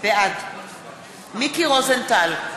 בעד מיקי רוזנטל,